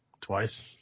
Twice